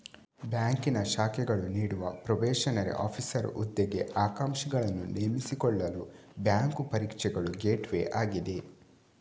ಬ್ಯಾಂಕಿನ ಶಾಖೆಗಳು ನೀಡುವ ಪ್ರೊಬೇಷನರಿ ಆಫೀಸರ್ ಹುದ್ದೆಗೆ ಆಕಾಂಕ್ಷಿಗಳನ್ನು ನೇಮಿಸಿಕೊಳ್ಳಲು ಬ್ಯಾಂಕು ಪರೀಕ್ಷೆಗಳು ಗೇಟ್ವೇ ಆಗಿದೆ